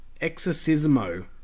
Exorcismo